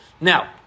Now